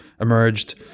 emerged